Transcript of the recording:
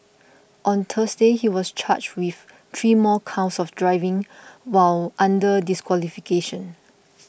on Thursday he was charged with three more counts of driving while under disqualification